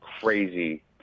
crazy